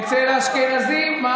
רגע,